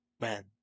man